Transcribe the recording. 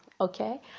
okay